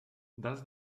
does